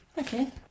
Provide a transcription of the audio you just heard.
okay